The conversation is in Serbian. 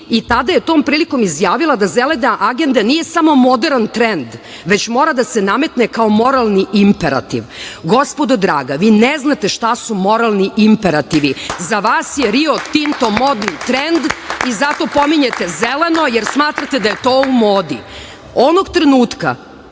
i tada je tom prilikom izjavila da Zelena agenda nije samo moderan trend, već mora da se nametne kao moralni i imperativ. Gospodo draga, vi ne znate šta su moralni imperativi. Za vas je Rio Tinto modni trend, i zato pominjete zeleno, jer smatrate da je to u modi. Onog trenutka